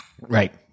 right